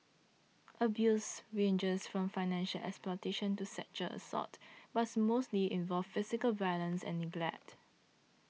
abuse ranges from financial exploitation to sexual assault but mostly involves physical violence and neglect